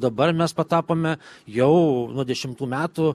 dabar mes patapome jau nuo dešimtų metų